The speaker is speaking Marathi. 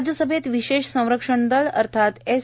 राज्यसभेत विशेष संरक्षणदल अर्थात एस